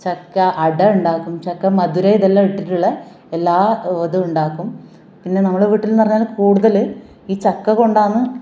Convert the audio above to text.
ചക്ക അട ഉണ്ടാക്കും ചക്ക മധുരവും ഇതെല്ലാം ഇട്ടിട്ടുള്ള എല്ലാ ഇതും ഉണ്ടാക്കും പിന്നെ നമ്മുടെ വീട്ടില് എന്ന് പറഞ്ഞാൽ കൂടുതൽ ഈ ചക്ക കൊണ്ടാണ്